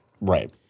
Right